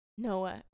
noah